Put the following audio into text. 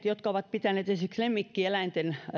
jotka ovat pitäneet esimerkiksi lemmikkieläinten